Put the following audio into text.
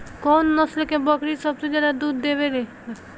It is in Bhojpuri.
कउन नस्ल के बकरी सबसे ज्यादा दूध देवे लें?